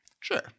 Sure